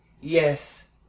Yes